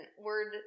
word